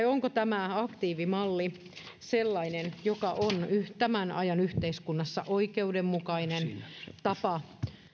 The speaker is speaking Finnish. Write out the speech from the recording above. onko tämä aktiivimalli sellainen joka on tämän ajan yhteiskunnassa oikeudenmukainen tapa